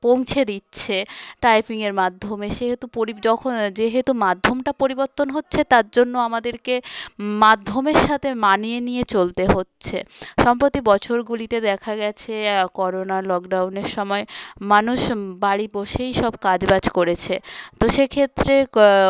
পৌঁছে দিচ্ছে টাইপিংয়ের মাধ্যমে সেহেতু যখন যেহেতু মাধ্যমটা পরিবর্তন হচ্ছে তার জন্য আমাদেরকে মাধ্যমের সাথে মানিয়ে নিয়ে চলতে হচ্ছে সম্প্রতি বছরগুলিতে দেখা গিয়েছে করোনা লকডাউনের সময় মানুষ বাড়ি বসেই সব কাজ বাজ করেছে তো সেক্ষেত্রে